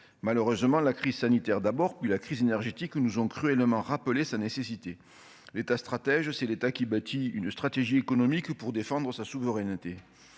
malheureusement la crise sanitaire, d'abord, puis la crise énergétique nous ont cruellement rappelé sa nécessité, l'État, stratège, c'est l'État qui bâtit une stratégie économique pour défendre sa souveraineté,